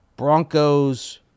Broncos